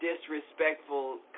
disrespectful